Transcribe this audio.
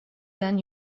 than